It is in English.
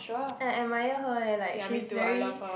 I admire her leh like she's very